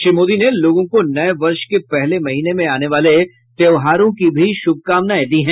श्री मोदी ने लोगों को नये वर्ष के पहले महीने में आने वाले त्योहारों की भी शुभकामनायें दी हैं